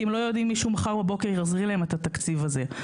כי הם לא ידעו אם מישהו מחר בבוקר יחזיר להם את התקציב הזה.